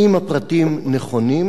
1. האם הפרטים נכונים?